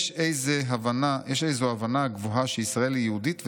"יש איזו הבנה גבוהה שישראל היא יהודית ודמוקרטית.